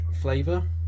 flavor